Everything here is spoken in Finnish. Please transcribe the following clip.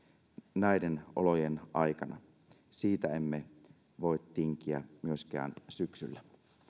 näiden olojen aikana siitä emme voi tinkiä myöskään syksyllä